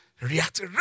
react